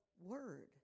word